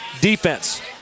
defense